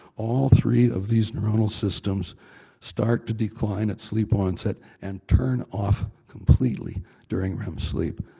all three of these neural systems start to decline at sleep onset and turn off completely during rem sleep.